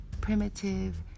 primitive